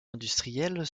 industriels